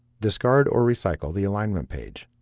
discard or recycle the alignment page.